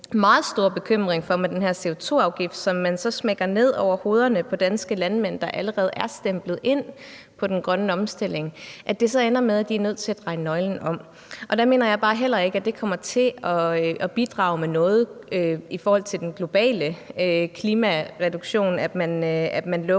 meget stor bekymring for, at det med den her CO2-afgift, som man så smækker ned over hovederne på danske landmænd, der allerede er stemplet ind på den grønne omstilling, ender med, at de er nødt til at dreje nøglen om. Der mener jeg bare heller ikke, at det kommer til at bidrage med noget i forhold til den globale klimareduktion, at man lukker